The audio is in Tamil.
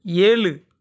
ஏழு